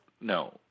no